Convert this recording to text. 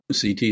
CT